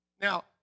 Now